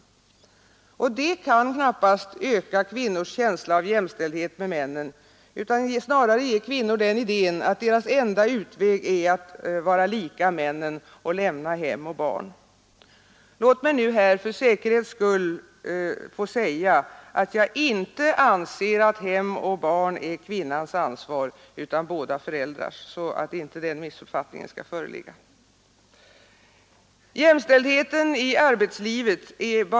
Detta kan knappast öka kvinnors känsla av jämställdhet med männen utan snarare ge kvinnor den idén att deras enda utväg är att vara lika männen och lämna hem och barn.